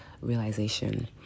realization